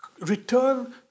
return